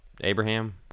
Abraham